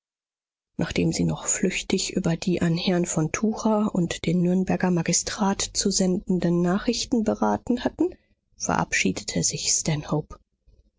nachdem sie noch flüchtig über die an herrn von tucher und den nürnberger magistrat zu sendenden nachrichten beraten hatten verabschiedete sich